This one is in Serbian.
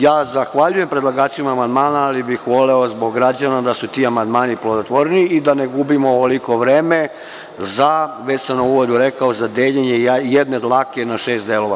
Ja zahvaljujem predlagačima amandmana, ali bih voleo zbog građana da su ti amandmani plodotvorniji i da ne gubimo ovoliko vreme za, već sam u uvodu rekao, deljenje jedne dlake na šest delova.